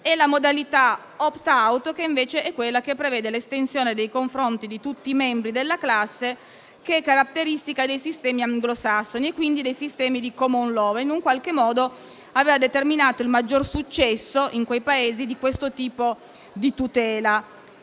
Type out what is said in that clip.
e la modalità di *opt out*, che invece è quella che prevede l'estensione nei confronti di tutti i membri della classe, che è caratteristica dei sistemi anglosassoni e quindi dei sistemi di *common law*, che in qualche modo ha determinato il maggior successo di questo tipo di tutela